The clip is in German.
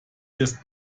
ist